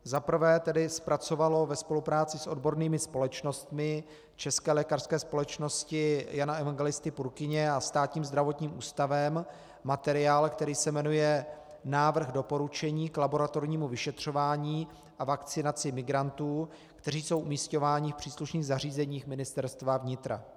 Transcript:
Za prvé zpracovalo ve spolupráci s odbornými společnostmi České lékařské společnosti Jana Evangelisty Purkyně a Státním zdravotním ústavem materiál, který se jmenuje Návrh doporučení k laboratornímu vyšetřování a vakcinaci migrantů, kteří jsou umisťováni v příslušných zařízeních Ministerstva vnitra.